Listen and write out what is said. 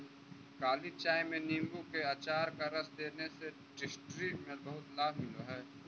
काली चाय में नींबू के अचार का रस देने से डिसेंट्री में बहुत लाभ मिलल हई